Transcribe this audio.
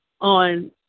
on